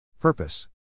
Purpose